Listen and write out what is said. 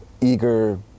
eager